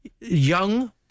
young